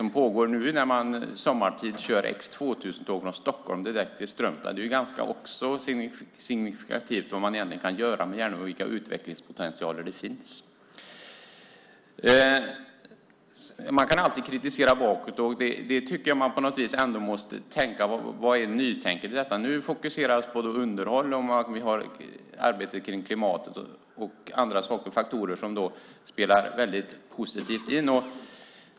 Nu kör man på somrarna X 2000-tåg från Stockholm direkt till Strömstad. Det är också signifikativt för vilka utvecklingspotentialer det finns. Man kan alltid kritisera bakåt, men jag tycker att man måste se på vad som är nytänket i detta. Nu fokuserar man på underhåll, arbetet med klimatet och andra faktorer som har positiv betydelse.